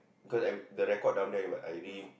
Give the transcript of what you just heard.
cause every the record down there I read